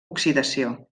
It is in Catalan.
oxidació